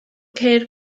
ceir